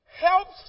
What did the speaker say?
Helps